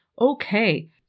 Okay